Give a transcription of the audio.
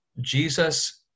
Jesus